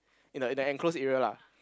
in the in the enclosed area lah